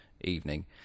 evening